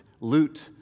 loot